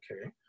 okay